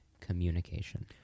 communication